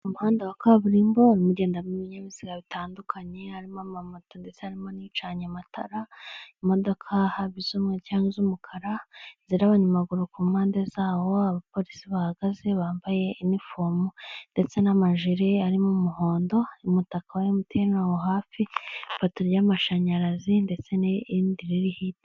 Umuhanda wa kaburimbo, urimo ugendamo ibinyabiziga bitandukanye, harimo amamoto. Harimo kandi imodoka z'umukara, hamwe n'abanyamaguru ku mpande zaho. Abapolisi bahagaze bambaye iniifomu ndetse n'amajeri yabo ari mu umuhondo. Umutaka wa MTN ugaragara hafi y'ifoto y'amashanyarazi, ndetse n'irindi.